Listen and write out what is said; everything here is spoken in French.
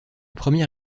premier